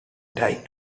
tight